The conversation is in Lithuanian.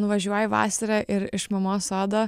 nuvažiuoji vasarą ir iš mamos sodo